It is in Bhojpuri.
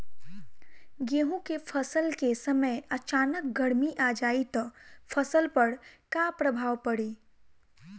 गेहुँ के फसल के समय अचानक गर्मी आ जाई त फसल पर का प्रभाव पड़ी?